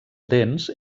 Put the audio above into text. dents